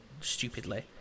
stupidly